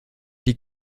die